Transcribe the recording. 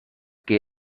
que